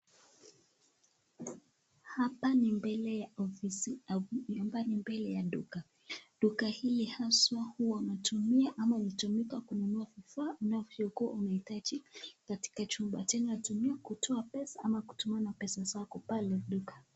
Hapa ni mbele ya ofisi au mbele ya duka. Duka hili haswa huwa unatumia ama hutumika kununua vifaa unavyokuwa unahitaji katika chumba. Tena inatumiwa kutoa pesa ama kutumana pesa zako pale duka.